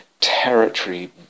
territory